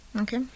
Okay